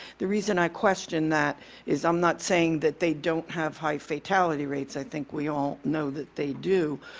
the reason i question that is i'm not saying that they don't have high fatality rates, i think we all know that they do.